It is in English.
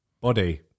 body